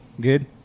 Good